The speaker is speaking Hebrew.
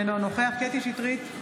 אינו נוכח קטי קטרין שטרית,